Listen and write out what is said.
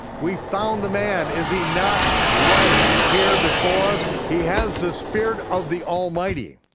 we found the man, is he not right here before us? he has the spirit of the almighty.